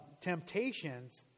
temptations